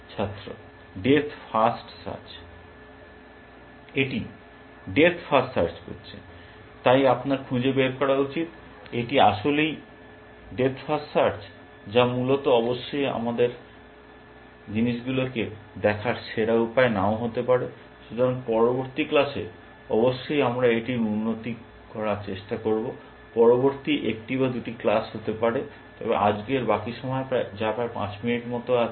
ছাত্র depth first search এটি depth first search করছে তাই আপনার খুঁজে বের করা উচিত এটি আসলেই ডেপ্থ ফার্স্ট সার্চ যা মূলত অবশ্যই আমাদের জিনিসগুলিকে দেখার সেরা উপায় নাও হতে পারে । সুতরাং পরবর্তী ক্লাসে অবশ্যই আমরা এটির উন্নতি করার চেষ্টা করব পরবর্তী একটি বা দুটি ক্লাস হতে পারে তবে আজকের বাকি সময় যা প্রায় পাঁচ মিনিট মতো আছে